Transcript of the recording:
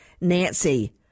nancy